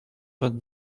vingt